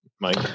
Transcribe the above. Mike